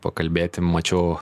pakalbėti mačiau